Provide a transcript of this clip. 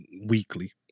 weekly